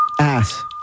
Ass